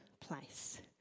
place